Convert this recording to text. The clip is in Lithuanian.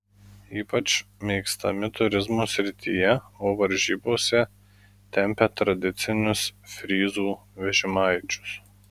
ypač mėgstami turizmo srityje o varžybose tempia tradicinius fryzų vežimaičius